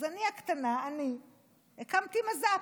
אז אני, הקטנה, אני הקמתי מז"פ,